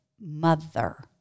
mother